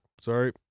Sorry